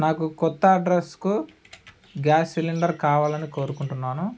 నాకు కొత్త అడ్రస్కు గ్యాస్ సిలిండర్ కావాలని కోరుకుంటున్నాను